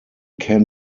can